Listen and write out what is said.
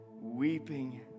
weeping